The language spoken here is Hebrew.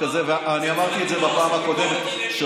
ואמרתי גם בפעם הקודמת,